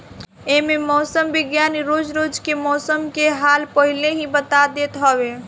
एमे मौसम विज्ञानी रोज रोज के मौसम के हाल पहिले ही बता देत हवे